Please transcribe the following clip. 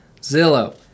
Zillow